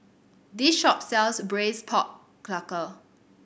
this shop sells Braised Pork Knuckle